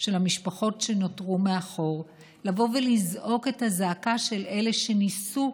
שנותרו מאחור, לזעוק את הזעקה של אלה שניסו,